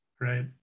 right